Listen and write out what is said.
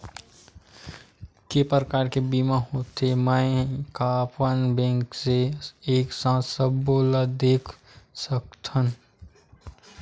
के प्रकार के बीमा होथे मै का अपन बैंक से एक साथ सबो ला देख सकथन?